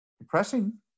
depressing